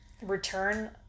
Return